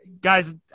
guys